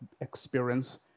experience